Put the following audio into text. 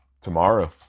tomorrow